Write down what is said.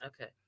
Okay